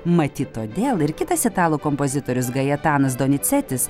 matyt todėl ir kitas italų kompozitorius gajetanas donicetis